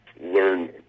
learn